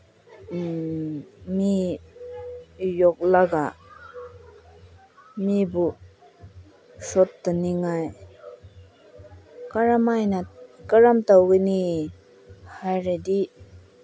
ꯃꯤ ꯌꯣꯛꯂꯒ ꯃꯤꯕꯨ ꯁꯣꯛꯇꯅꯤꯉꯥꯏ ꯀꯔꯝꯃꯥꯏꯅ ꯀꯔꯝ ꯇꯧꯒꯅꯤ ꯍꯥꯏꯔꯗꯤ